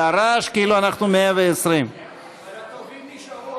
והרעש הוא כאילו אנחנו 120. הטובים נשארו.